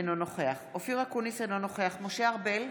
אינו נוכח אופיר אקוניס, אינו נוכח משה ארבל,